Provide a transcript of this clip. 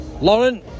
Lauren